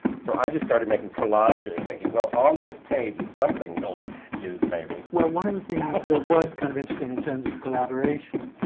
so, i just started making collages thinking, well, on this page is something he'll use maybe. well, one of the things that was kind of interesting in terms of the collaboration,